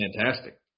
fantastic